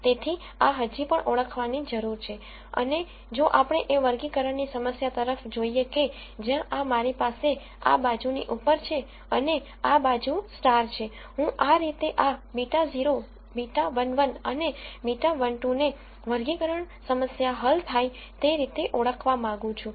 તેથી આ હજી પણ ઓળખવાની જરૂર છે અને જો આપણે એ વર્ગીકરણ ની સમસ્યા તરફ જોઈએ કે જ્યાં આ મારી પાસે આ બાજુની ઉપર છે અને આ બાજુ સ્ટાર છે હું આ રીતે આ β0 β11 અને β12 ને વર્ગીકરણ સમસ્યા હલ થાય તે રોતે ઓળખવા માંગુ છું છે